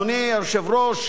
אדוני היושב-ראש,